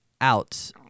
out